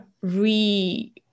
re-